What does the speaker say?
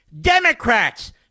democrats